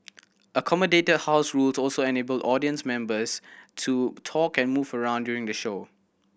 accommodated house rules also enabled audience members to talk and move around during the show